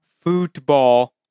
football